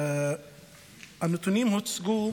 הנתונים הוצגו